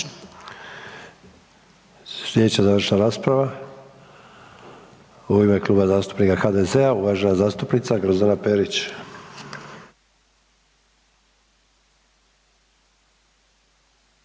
Sljedeća završna rasprava u ime Kluba zastupnika HDZ-a, uvažena zastupnica Grozdana Perić.